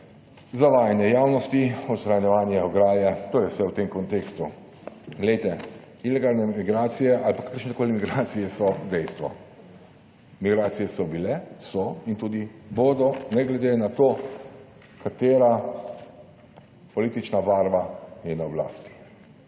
zavajanje javnosti, odstranjevanje ograje, to je vse v tem kontekstu. Poglejte, ilegalne migracije ali pa kakršnekoli migracije so dejstvo. Migracije so bile, so in tudi bodo ne glede na to, katera politična barva je na oblasti.